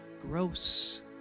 gross